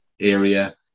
area